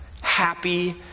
Happy